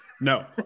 No